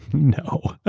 no.